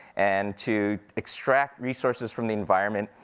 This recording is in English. and to extract resources from the environment,